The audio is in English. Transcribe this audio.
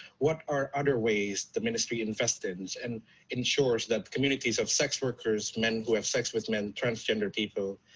what are other ways the ministry invests in and ensures that communities of sex workers, men who have sex with men, transgender people,